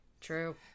True